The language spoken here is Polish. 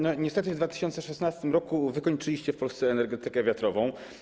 Niestety w 2016 r. wykończyliście w Polsce energetykę wiatrową.